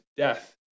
Death